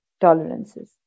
tolerances